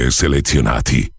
selezionati